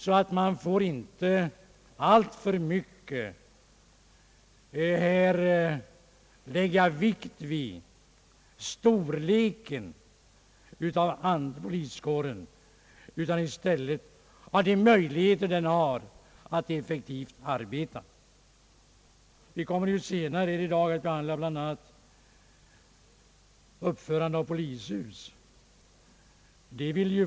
Man får därför inte alltför mycket lägga vikt vid poliskårens storlek, utan i stället bör man tänka på de möjligheter kåren har att effektivt arbeta. Vi skall senare här i dag behandla bl.a. frågan om uppförande av polishus.